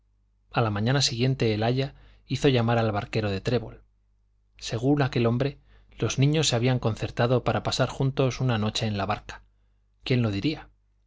a la mañana siguiente el aya hizo llamar al barquero de trébol según aquel hombre los niños se habían concertado para pasar juntos una noche en la barca quién lo diría